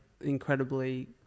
incredibly